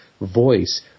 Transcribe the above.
voice